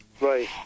Right